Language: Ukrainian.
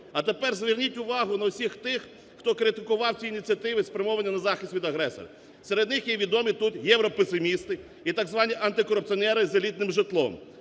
А тепер зверніть увагу на всіх тих хто критикував ці ініціативи спрямовані на захист від агресора. Серед них є відомі тут європесимісти і так званні антикорупціонери з елітним житлом.